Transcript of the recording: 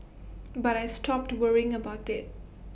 but I stopped to worrying about IT